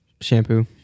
Shampoo